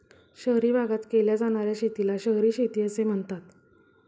शहरी भागात केल्या जाणार्या शेतीला शहरी शेती असे म्हणतात